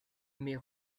mais